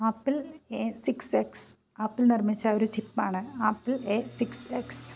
apple A six X Apple നിർമ്മിച്ച ഒരു ചിപ്പാണ് ആപ്പിൾ എ സിക്സ് എക്സ്